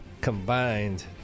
combined